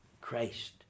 Christ